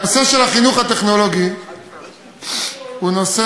הנושא של החינוך הטכנולוגי הוא נושא